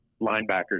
linebackers